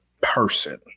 person